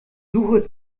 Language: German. suche